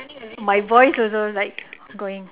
my voice also like going